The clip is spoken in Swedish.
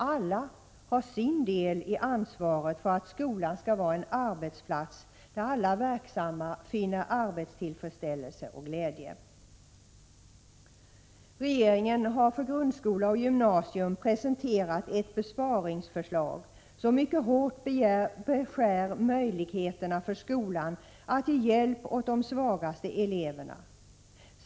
Alla har sin del i ansvaret för att skolan skall vara en arbetsplats där alla verksamma finner arbetstillfredsställelse och glädje. Regeringen har för både grundskola och gymnasium presenterat ett besparingsförslag som mycket hårt beskär möjligheterna för skolan att ge hjälp åt de svagaste eleverna.